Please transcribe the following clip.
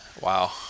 Wow